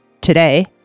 today